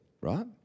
right